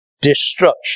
destruction